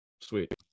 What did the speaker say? sweet